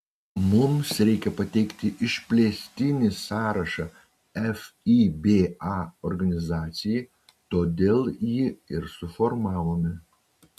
mums reikia pateikti išplėstinį sąrašą fiba organizacijai todėl jį ir suformavome